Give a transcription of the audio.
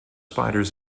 spiders